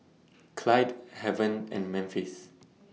Clyde Haven and Memphis